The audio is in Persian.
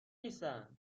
نیستن